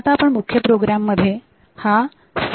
आता आपण मुख्य प्रोग्राम मध्ये हा SETb TCON